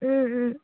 ও ও